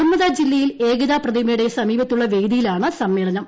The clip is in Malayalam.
നർമ്മദ ജില്ലയിൽ ഏകതാ പ്രതിമയുടെ സമീപത്തുളള വേദിയിലാണ് സമ്മേളനം